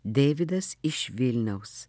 deividas iš vilniaus